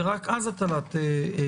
ורק אז הטלת קנס?